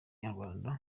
inyarwanda